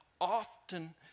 often